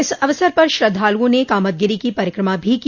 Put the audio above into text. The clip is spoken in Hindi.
इस अवसर पर श्रद्वालुओं ने कामदगिरि की परिक्रमा भी की